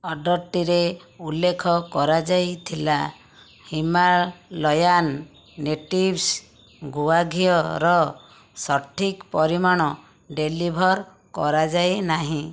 ଅର୍ଡ଼ର୍ଟିରେ ଉଲ୍ଲେଖ କରାଯାଇଥିଲା ହିମାଲୟାନ୍ ନେଟିଭ୍ସ୍ ଗୁଆ ଘିଅର ସଠିକ୍ ପରିମାଣ ଡେଲିଭର୍ କରାଯାଇନାହିଁ